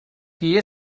qui